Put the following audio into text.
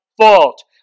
fault